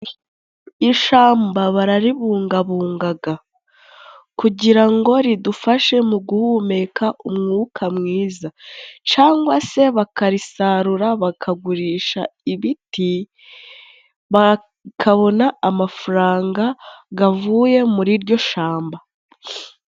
Ishamba bararibungabungaga kugira ngo ridufashe mu guhumeka umwuka mwiza cyangwa se bakarisarura bakagurisha ibiti bakabona amafaranga gavuye muri iryo shamba.